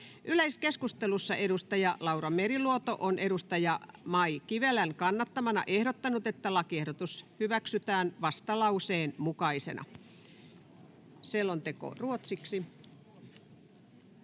Yleiskeskustelussa edustaja Laura Meriluoto on edustaja Mai Kivelän kannattamana ehdottanut, että 1. lakiehdotus hyväksytään vastalauseen mukaisena. — Selonteko ruotsiksi.